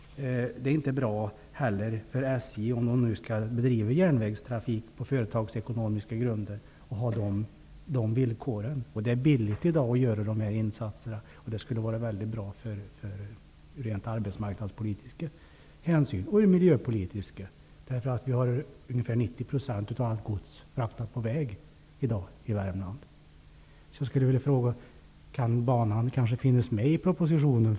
Det är inte heller bra för SJ att ha dessa villkor om man nu skall bedriva järnvägstrafik på företagsekonomiska grunder. Det är dessutom i dag billigt att göra dessa insatser, och det skulle vara bra ur arbetsmarknadspolisk och ur miljöpolitisk synpunkt. I dag fraktas ungefär Jag vill alltså fråga om denna bana kan finnas med i den kommande propositionen.